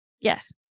Yes